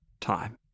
time